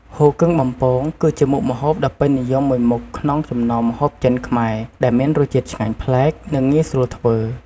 ហ៊ូគឹងបំពង គឺជាមុខម្ហូបដ៏ពេញនិយមមួយមុខក្នុងចំណោមម្ហូបចិន-ខ្មែរ ដែលមានរសជាតិឆ្ងាញ់ប្លែក និងងាយស្រួលធ្វើ។